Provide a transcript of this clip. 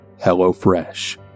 HelloFresh